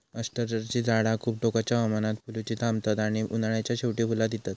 अष्टरची झाडा खूप टोकाच्या हवामानात फुलुची थांबतत आणि उन्हाळ्याच्या शेवटी फुला दितत